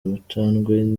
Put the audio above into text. amacandwe